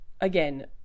again